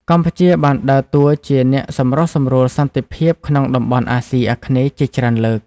កម្ពុជាបានដើរតួជាអ្នកសម្រុះសម្រួលសន្តិភាពក្នុងតំបន់អាស៊ីអាគ្នេយ៍ជាច្រើនលើក។